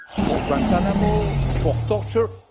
for guantanamo, for torture,